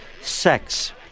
sex